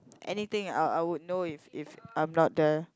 anything I I would know if if I'm not the